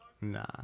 Nah